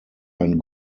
ein